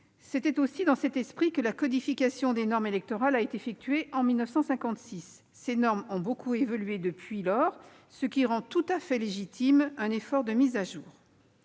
C'est aussi dans cet esprit que la codification des normes électorales a été effectuée en 1956. Ces normes ont beaucoup évolué depuis lors, ce qui rend tout à fait légitime un effort de mise à jour.